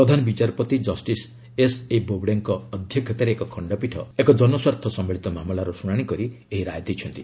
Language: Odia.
ପ୍ରଧାନ ବିଚାରପତି କଷ୍ଟିସ୍ ଏସ୍ଏବୋଗଡେଙ୍କ ଅଧ୍ୟକ୍ଷତାରେ ଏକ ଖଣ୍ଡପୀଠ ଏକ ଜନସ୍ୱାର୍ଥ ସମ୍ଭଳିତ ମାମଲାର ଶୁଣାଶି କରି ଏହି ରାୟ ଦେଇଛନ୍ତି